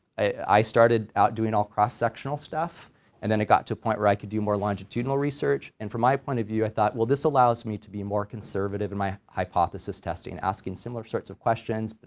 i started out doing all cross-sectional stuff and then it got to a point where i could do more longitudinal research and from my point of view i thought well this allows me to be more conservative in my hypothesis testing, asking similar sorts of questions, but